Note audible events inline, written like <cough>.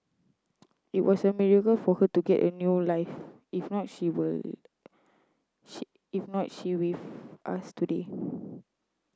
it was a miracle for her to get a new life if not she <unintelligible> if not she with us today